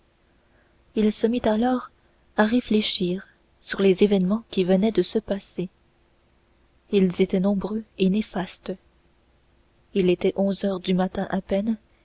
il se mit alors à réfléchir sur les événements qui venaient de se passer ils étaient nombreux et néfastes il était onze heures du matin à peine